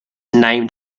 named